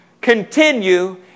Continue